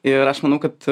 ir aš manau kad